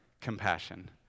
compassion